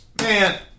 man